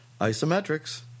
isometrics